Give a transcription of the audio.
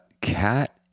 cat